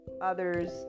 others